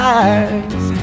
eyes